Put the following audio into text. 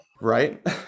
Right